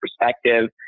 perspective